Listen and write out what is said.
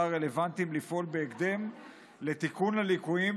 הרלוונטיים לפעול בהקדם לתיקון הליקויים,